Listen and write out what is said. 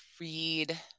read